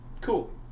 Cool